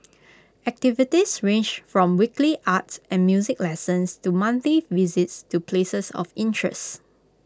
activities range from weekly arts and music lessons to monthly visits to places of interests